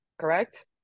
correct